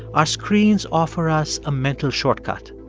our screens offer us a mental shortcut.